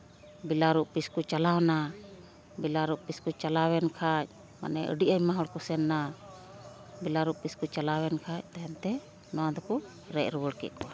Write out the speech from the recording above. BLRO office ᱠᱚ ᱪᱟᱞᱟᱣᱱᱟ ᱵᱤᱭᱮᱞᱟᱨᱳ ᱚᱯᱷᱤᱥ ᱠᱚ ᱪᱟᱞᱟᱣᱮᱱ ᱠᱷᱟᱱ ᱢᱟᱱᱮ ᱟᱹᱰᱤ ᱟᱭᱢᱟ ᱦᱚᱲ ᱠᱚ ᱥᱮᱱ ᱱᱟ ᱵᱤᱭᱮᱞᱟᱨᱳ ᱚᱯᱷᱤᱥ ᱠᱚ ᱪᱟᱞᱟᱣᱮᱱ ᱠᱷᱟᱱ ᱛᱟᱭᱚᱢᱛᱮ ᱱᱚᱣᱟ ᱫᱚᱠᱚ ᱨᱮᱡ ᱨᱩᱣᱟᱹᱲ ᱠᱮᱫ ᱠᱚᱣᱟ